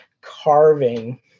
carving